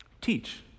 teach